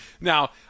Now